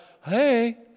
hey